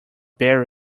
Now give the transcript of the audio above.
bear